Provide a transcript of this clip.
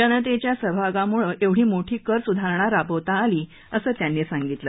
जनतेच्या सहभागामुळंच एवढी मोठी कर सुधारणा राबवता आली असं त्यांनी सांगितलं